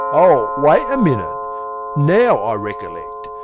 oh, wait a minute now i recollect.